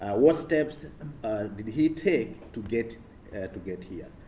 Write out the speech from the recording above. ah what steps did he take to get to get here,